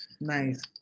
Nice